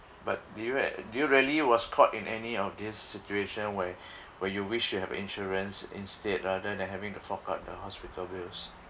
but do you had do you rarely was caught in any of this situation where where you wish you have insurance instead rather than having to fork out the hospital bills